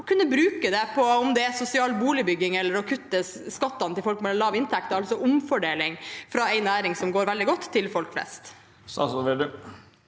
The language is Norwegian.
og kunne bruke dem på f.eks. sosial boligbygging eller å kutte skattene for folk med lav inntekt, altså en omfordeling fra en næring som går veldig godt, til folk flest.